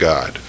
God